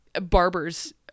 barbers